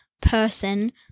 person